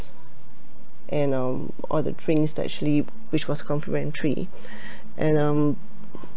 and um all the drinks that actually which was complementary and um